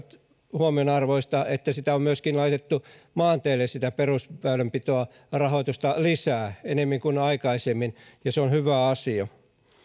huomionarvoista että sitä rahoitusta on myöskin laitettu maanteille perusväylänpitoon lisää enemmän kuin aikaisemmin ja se on hyvä asia